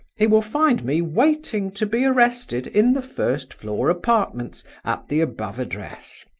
he will find me waiting to be arrested in the first-floor apartments, at the above address.